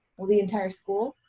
will the entire school?